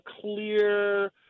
clear